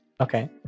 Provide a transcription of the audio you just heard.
Okay